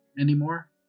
anymore